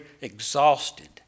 exhausted